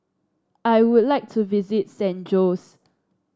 I would like to visit San Jose